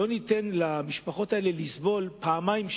לא ניתן למשפחות האלה לסבול פעמיים,